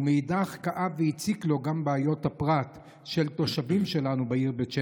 ומאידך גיסא כאבו והציקו לו גם בעיות הפרט של תושבים שלנו בעיר בית שמש.